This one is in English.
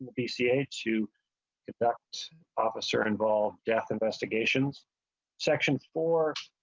bca too about officer-involved death investigations section four.